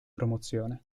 promozione